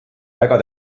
väga